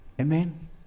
Amen